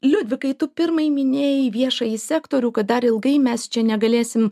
liudvikai tu pirmai minėjai viešąjį sektorių kad dar ilgai mes čia negalėsim